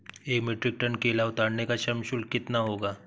एक metric tonne केला उतारने का श्रम शुल्क कितना होगा?